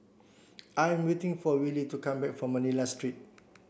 I am waiting for Wylie to come back from Manila Street